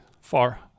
far